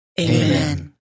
Amen